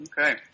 Okay